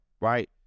right